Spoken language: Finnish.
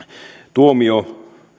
tuomio